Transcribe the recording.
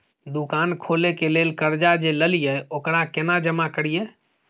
दुकान खोले के लेल कर्जा जे ललिए ओकरा केना जमा करिए?